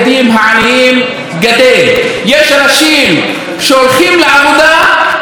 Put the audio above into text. יש אנשים שהולכים לעבודה אבל הם בסטטיסטיקה הזאת,